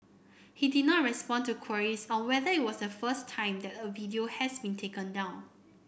he did not respond to queries on whether it was the first time that a video has been taken down